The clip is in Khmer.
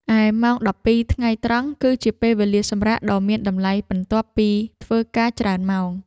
ឯម៉ោងដប់ពីរថ្ងៃត្រង់ គឺជាពេលវេលាសម្រាកដ៏មានតម្លៃបន្ទាប់ពីធ្វើការច្រើនម៉ោង។